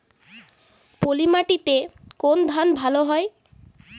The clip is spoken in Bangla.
পলিমাটিতে কোন ধান ভালো হয়?